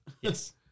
Yes